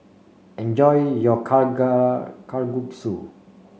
enjoy your Kalguksu